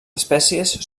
espècies